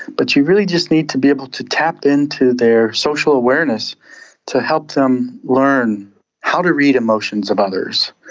but you really just need to be able to tap in to their social awareness to help them learn how to read emotions of others,